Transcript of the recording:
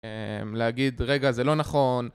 להגיד מה המצב